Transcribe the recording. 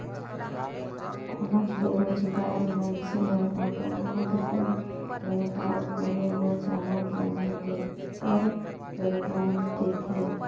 कोनोच बेरोजगार मइनसे हर अपन खुद कर बयपार करे बर चाहत अहे तेकर बर लोन देथे